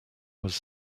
was